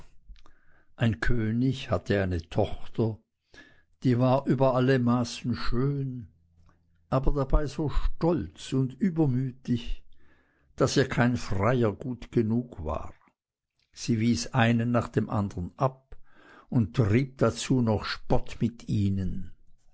ein könig hatte eine tochter die war über alle maßen schön aber dabei so stolz und übermütig daß ihr kein freier gut genug war sie wies einen nach dem andern ab und trieb noch dazu spott mit ihnen